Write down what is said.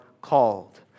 called